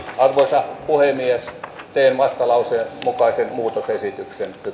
arvoisa puhemies teen vastalauseen mukaisen muutosesityksen